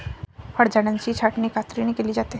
फळझाडांची छाटणी कात्रीने केली जाते